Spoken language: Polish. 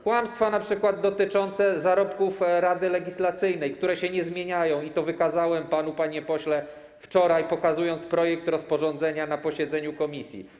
Kłamstwa dotyczące np. zarobków Rady Legislacyjnej, które się nie zmieniają, i to wykazałem panu, panie pośle, wczoraj, pokazując projekt rozporządzenia na posiedzeniu komisji.